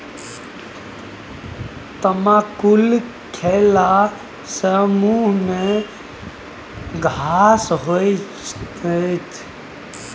तमाकुल खेला सँ मुँह मे घाह होएत